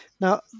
Now